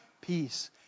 peace